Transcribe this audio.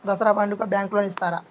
దసరా పండుగ bank loan ఇస్తారా?